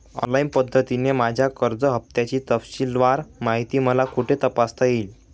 Online पद्धतीने माझ्या कर्ज हफ्त्याची तपशीलवार माहिती मला कुठे तपासता येईल?